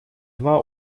два